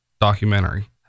documentary